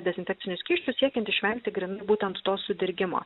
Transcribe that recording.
dezinfekciniu skysčiu siekiant išvengti grynai būtent to sudirgimo